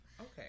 okay